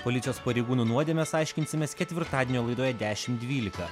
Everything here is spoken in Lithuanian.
policijos pareigūnų nuodėmes aiškinsimės ketvirtadienio laidoje dešimt dvylika